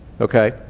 okay